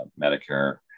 Medicare